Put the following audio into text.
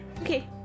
Okay